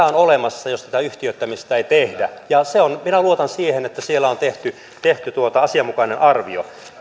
on olemassa jos tätä yhtiöittämistä ei tehdä minä luotan siihen että siellä on tehty tehty asianmukainen arvio